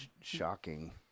shocking